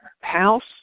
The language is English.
house